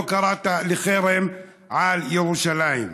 לא קראת לחרם על ירושלים,